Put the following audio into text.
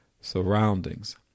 surroundings